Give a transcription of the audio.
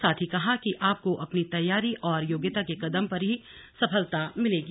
साथ ही कहा है कि आपको अपनी तैयारी और योग्यता के दम पर ही सफलता मिलेगी